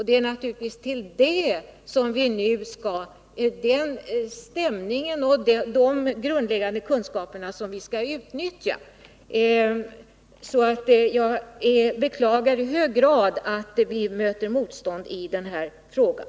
Det är naturligtvis den stämning som då rådde och de grundläggande kunskaper som inhämtades som vi nu skall utnyttja. Därför beklagar jag i hög grad att vi möter motstånd i den här frågan.